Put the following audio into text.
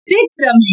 victim